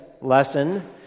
lesson